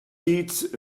seats